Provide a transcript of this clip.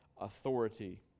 authority